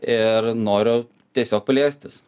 ir noriu tiesiog plėstis